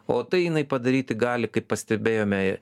o tai jinai padaryti gali kaip pastebėjome